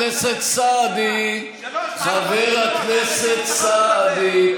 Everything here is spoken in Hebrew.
שלוש מערכות בחירות, חבר הכנסת סעדי.